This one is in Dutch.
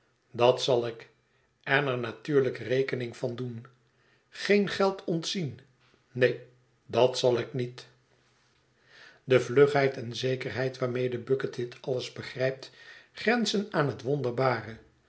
dat zal ik en er natuurlijk rekening van doen geen geld ontzien neen dat zal ik niet de vlugheid en zekerheid waarmede bucket dit alles begrijpt grenzen aan het wonderbare